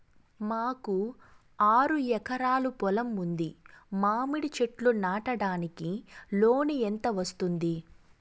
మాకు ఆరు ఎకరాలు పొలం ఉంది, మామిడి చెట్లు నాటడానికి లోను ఎంత వస్తుంది?